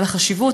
על החשיבות,